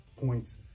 points